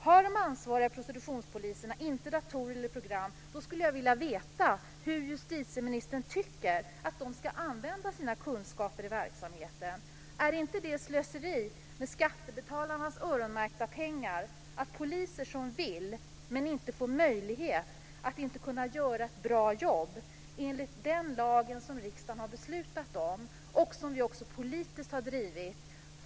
Har de ansvariga prostitutionspoliserna inte datorer eller program skulle jag vilja veta hur justitieministern tycker att de ska använda sina kunskaper i verksamheten. Är det inte slöseri med skattebetalarnas öronmärkta pengar att poliser som vill inte får möjlighet att göra ett bra jobb enligt den lag som riksdagen har beslutat om och som vi även politiskt har drivit?